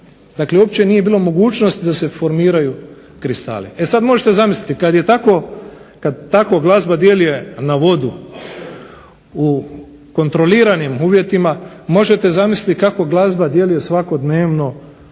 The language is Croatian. dakle uopće nije bilo mogućnosti da se formiraju kristali. E sada možete zamisliti kada glazba tako djeluje na vodu u kontroliranim uvjetima, možete zamisliti kako glazba djeluje svakodnevno